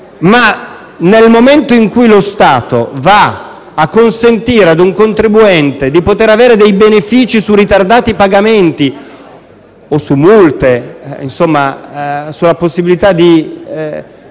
Ma nel momento in cui lo Stato consente a un contribuente di poter avere dei benefici su ritardati pagamenti o multe e dà la possibilità di